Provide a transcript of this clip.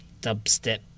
dubstep